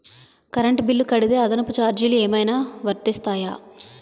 Current bill కడితే అదనపు ఛార్జీలు ఏమైనా వర్తిస్తాయా?